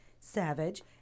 Savage